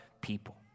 people